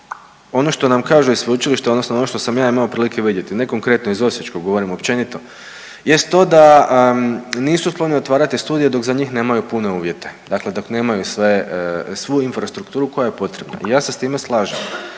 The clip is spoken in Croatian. ono što nam kaže i sveučilište odnosno ono što sam ja imao prilike vidjeti, ne konkretno iz osječkog, govorim općenito, jest to da nisu skloni otvarati studije dok za njih nemaju pune uvjete, dakle dok nemaju sve, svu infrastrukturu koja je potrebna. Ja se s time slažem,